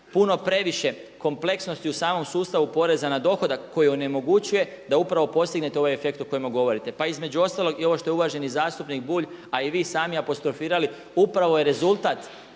puno previše kompleksnosti u samom sustavu poreza na dohodak koji onemogućuje da upravo postignete ovaj efekt o kojemu govorite. Pa između ostalog i ovo što je uvaženi zastupnik Bulj a i vi sami apostrofirali upravo je rezultat